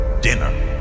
dinner